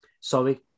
Sorry